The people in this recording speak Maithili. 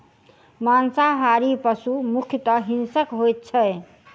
मांसाहारी पशु मुख्यतः हिंसक होइत छै